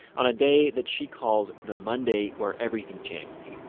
on a day that she calls the monday where everything changed.